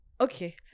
okay